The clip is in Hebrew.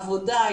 עבודה,